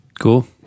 Cool